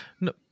No